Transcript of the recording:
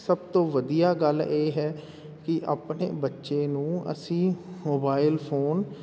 ਸਭ ਤੋਂ ਵਧੀਆ ਗੱਲ ਇਹ ਹੈ ਕਿ ਆਪਣੇ ਬੱਚੇ ਨੂੰ ਅਸੀਂ ਮੋਬਾਇਲ ਫੋਨ